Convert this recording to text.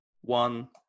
one